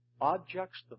objects